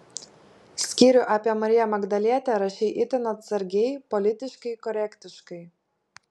skyrių apie mariją magdalietę rašei itin atsargiai politiškai korektiškai